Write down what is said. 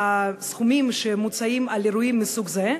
הסכומים שמוצאים על אירועים מסוג זה?